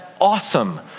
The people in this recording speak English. awesome